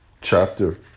Chapter